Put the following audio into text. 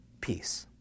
peace